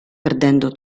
perdendo